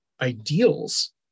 ideals